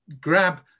grab